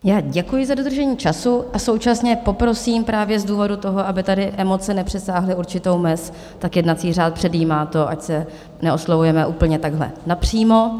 Já děkuji za dodržení času a současně poprosím právě z důvodu toho, aby tady emoce nepřesáhly určitou mez, jednací řád předjímá to, ať se neoslovujeme úplně takhle napřímo.